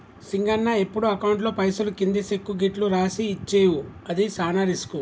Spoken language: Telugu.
సింగన్న ఎప్పుడు అకౌంట్లో పైసలు కింది సెక్కు గిట్లు రాసి ఇచ్చేవు అది సాన రిస్కు